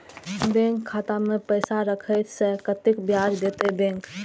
Bank खाता में पैसा राखे से कतेक ब्याज देते बैंक?